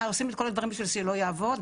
מה עושים את כל הדברים בשביל שלא יעבוד?